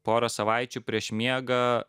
pora savaičių prieš miegą